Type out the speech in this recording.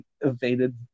evaded